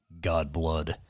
Godblood